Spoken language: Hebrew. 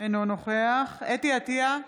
אינו נוכח חוה אתי עטייה,